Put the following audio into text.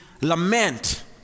lament